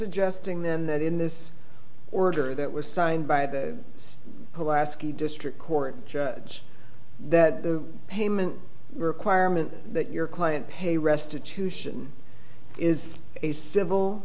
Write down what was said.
suggesting then that in this order that was signed by the alaskan district court judge that the payment requirement that your client pay restitution is a civil